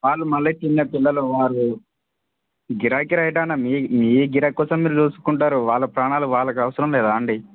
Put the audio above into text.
వాళ్ళు మళ్ళీ చిన్న పిల్లలు వాళ్ళు గిరాకీ రైట్ అన్నా మీ మీ గిరాకీ కోసం మీరు చూసుకుంటారు వాళ్ళ ప్రాణాలు వాళ్ళకి అవసరం కదా అండి